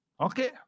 Okay